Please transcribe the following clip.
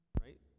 right